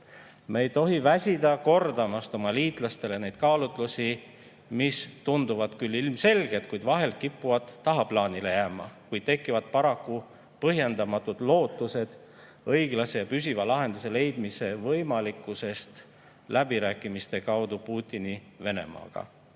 Me ei tohi väsida kordamast oma liitlastele neid kaalutlusi, mis tunduvad küll ilmselged, kuid vahel kipuvad tahaplaanile jääma, kui tekivad paraku põhjendamatud lootused õiglase, püsiva lahenduse leidmise võimalikkusest läbirääkimiste kaudu Putini Venemaaga.